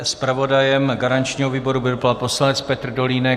Zpravodajem garančního výboru byl pan poslanec Petr Dolínek.